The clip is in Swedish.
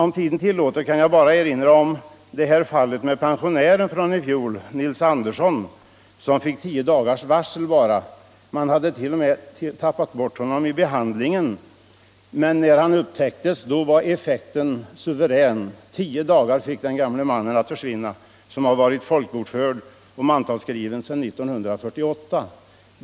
Om tiden tillåter kan jag erinra om fallet från i fjol med pensionären Nils Andersson, som fick bara tio dagars varsel. Man hade t.o.m. tappat bort honom vid behandlingen av avflyttningsärendena, men när han upptäcktes var effekten suverän. Tio dagar fick den gamle mannen på sig för att försvinna. Han hade varit folkbokförd och mantalsskriven på platsen sedan 1948.